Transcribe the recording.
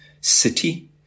city